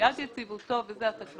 קביעת יציבותו אתה לא יכול